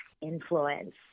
influence